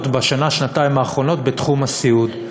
בשנה שנתיים האחרונות בתחום הסיעוד.